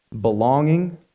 belonging